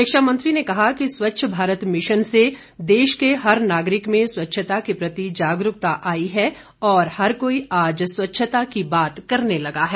शिक्षा मंत्री ने कहा कि स्वच्छ भारत मिशन से देश के हर नागरिक में स्वच्छता के प्रति जागरूकता आई है और हर कोई आज स्वच्छता की बात करने लगा है